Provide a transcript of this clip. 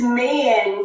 man